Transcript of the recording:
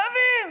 אתה מבין?